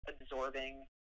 absorbing